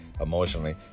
emotionally